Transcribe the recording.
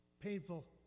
painful